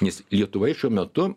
nes lietuvoje šiuo metu